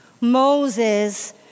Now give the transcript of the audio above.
Moses